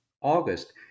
August